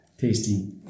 Tasty